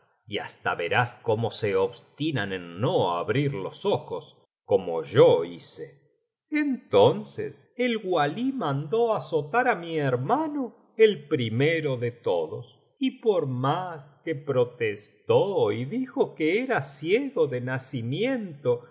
y hasta verás cómo se obstinan en no abrir los ojos como yo hice entonces el walí mandó azotar á mi hermano el primero de todos y por más que protestó y dijo que era ciego de nacimiento